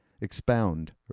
expound